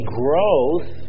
growth